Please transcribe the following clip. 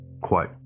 Quote